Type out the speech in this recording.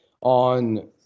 on